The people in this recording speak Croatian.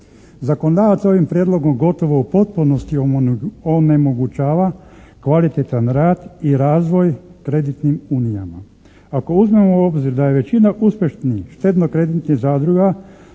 Zakonodavac ovim Prijedlogom gotovo u potpunosti onemogućava kvalitetan rad i razvoj kreditnim unijama. Ako uzmemo u obzir da je većina uspješnih štedno-kreditnih zadruga,